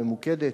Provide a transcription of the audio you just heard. ממוקדת,